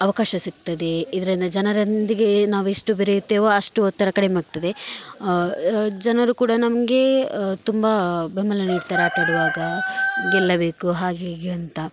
ಅವಕಾಶ ಸಿಕ್ತದೆ ಇದರಿಂದ ಜನರೊಂದಿಗೆ ನಾವೆಷ್ಟು ಬೆರೆಯುತ್ತೇವೆಯೊ ಅಷ್ಟು ಒತ್ತಡ ಕಡಿಮೆ ಆಗ್ತದೆ ಜನರೂ ಕೂಡ ನಮಗೆ ತುಂಬ ಬೆಂಬಲ ನೀಡ್ತಾರೆ ಆಟಾಡುವಾಗ ಗೆಲ್ಲಬೇಕು ಹಾಗೆ ಹೀಗೆ ಅಂತ